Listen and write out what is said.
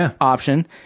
option